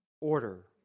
order